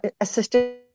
assistant